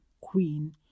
queen